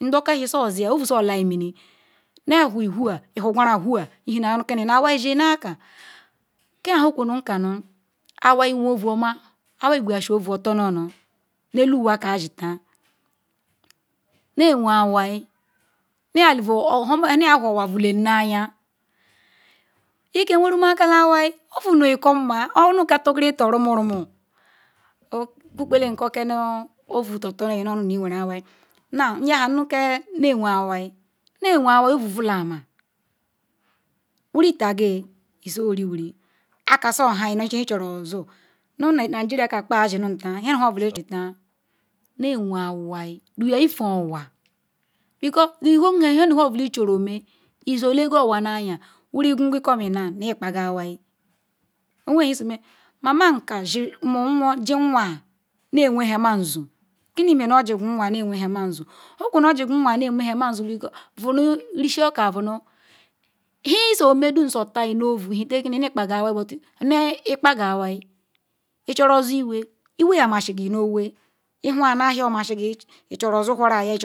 Ndoka-ewhi yesiya nye wuyi whoa lwugwara whoa lhena mu kim awai sinaka kia nhe kun kanu awai qweru ovuoma awai qweyesi ovu-otor-nu-onu ne-elunwa ke azi taa nne we-awai nye bu nye whoru onwa vule anya. lkewerionkala iwai ovu nuko nma onu koto rguriri korumurumu ukugwale ko ovu su otonuonu nhe iweru awai. Wow nyaha nu ke nye wen-awai nyewen awai ovu bula-ama wuri taguyi izo oni wuri aka suha nu nhe edoru ozo nu nugeria ka azi taa ne-wen-awai duyaru evan onwa di whole nhe-nhe-nu-nhe obula ichorueme iyelequ onwu nanya wuri ququqwo me now nu nhe kpa awai owe nhe some. mamam ka nzi muonwo ji nwoami Nye wenhe manzu. kini meru ijgu nwoanyi nye we nhe ma nzu nge qwuru ijigu hwoanyo nye wehemazu venu risi-oka venu ihe isome elum satayi nu-ovu hen-ikpaqu awai ichoru ozo iwe iwe yam masiqu noowo ihunu ahia omasiqu nu ozowhoruya